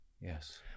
yes